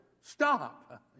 Stop